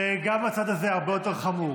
גם הצד הזה הרבה יותר חמור.